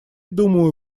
думаю